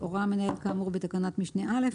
הורה המנהל כאמור בתקנת משנה (א),